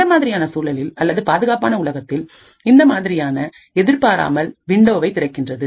இந்த குறிப்பிட்ட சூழலில் அல்லது பாதுகாப்பான உலகத்தில் இந்த மாதிரியான எதிர்பாராமல் விண்டோவை திறக்கின்றது